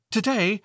Today